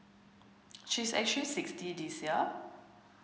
she's actually sixty this year